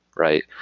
right?